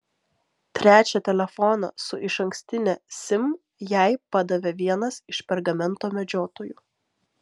trečią telefoną su išankstine sim jai padavė vienas iš pergamento medžiotojų